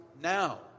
now